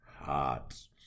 hearts